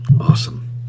awesome